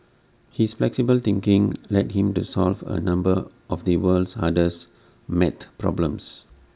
his flexible thinking led him to solve A number of the world's hardest math problems